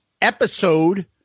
episode